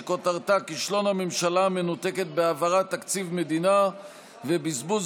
שכותרתה: כישלון הממשלה המנותקת בהעברת תקציב מדינה ובזבוז